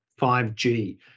5G